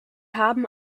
haben